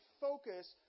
focus